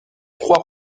trois